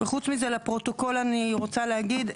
וחוץ מזה, לפרוטוקול אני רוצה להגיד,